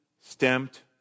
stamped